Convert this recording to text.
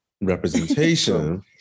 Representation